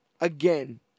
Again